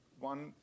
one